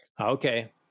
Okay